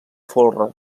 folre